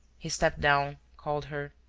he stepped down, called her,